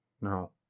No